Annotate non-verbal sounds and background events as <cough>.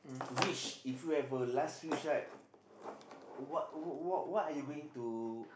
wish if you have a last wish right <noise> what what what are you going to